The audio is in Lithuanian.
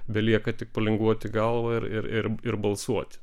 belieka tik palinguoti galvą ir ir ir balsuoti